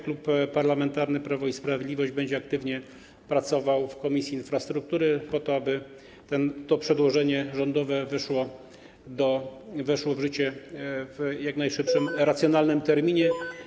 Klub Parlamentarny Prawo i Sprawiedliwość będzie aktywnie pracował w Komisji Infrastruktury po to, aby to przedłożenie rządowe weszło w życie w jak najszybszym racjonalnym terminie.